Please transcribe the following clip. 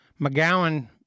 McGowan